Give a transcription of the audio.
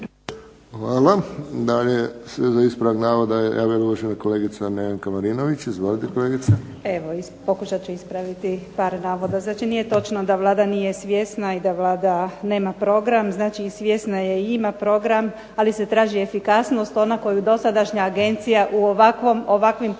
Hvala. Dalje se za ispravak navoda javila uvažena kolegica Nevenka Marinović. Izvolite kolegice. **Marinović, Nevenka (HDZ)** Evo pokušat ću ispraviti par navoda. Znači, nije točno da Vlada nije svjesna i da Vlada nema program. Znači, svjesna je i ima program, ali se traži efikasnost, ona koju dosadašnja agencija u ovakvim poslovima